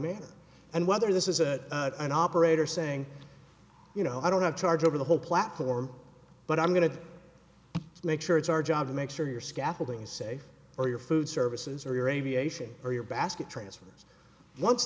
manner and whether this is a an operator saying you know i don't have charge over the whole platform but i'm going to make sure it's our job to make sure your scaffolding say or your food services or your aviation or your basket transfers once